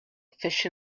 fish